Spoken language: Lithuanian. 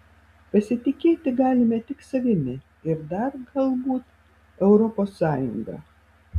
pasitikėti galime tik savimi ir dar galbūt europos sąjunga